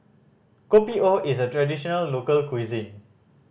Kopi O is a traditional local cuisine